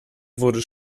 wurde